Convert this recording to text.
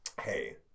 hey